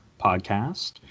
podcast